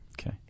Okay